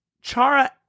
Chara